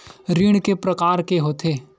ऋण के प्रकार के होथे?